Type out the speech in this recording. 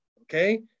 okay